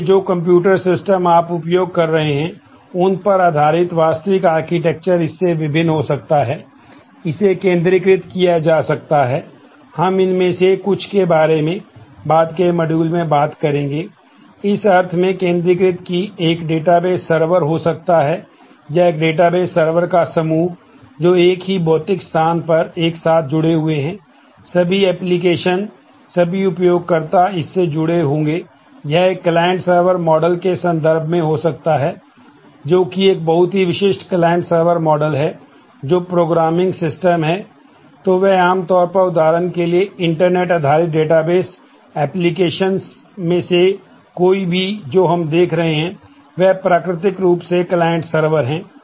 इसलिए जो computer system आप उपयोग कर रहे हैं उन पर आधारित वास्तविक आर्किटेक्चर हैं